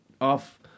off